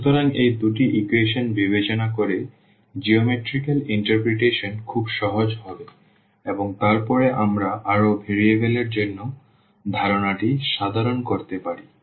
সুতরাং এই দুটি ইকুয়েশন বিবেচনা করে জ্যামিতিক ব্যাখ্যা খুব সহজ হবে এবং তারপরে আমরা আরও ভেরিয়েবল এর জন্য ধারণাটি সাধারণ করতে পারি